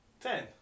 Ten